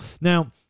Now